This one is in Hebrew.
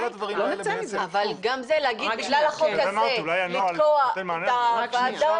אבל גם להגיד בגלל החוק הזה לתקוע את הוועדה,